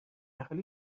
حالی